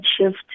shift